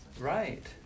Right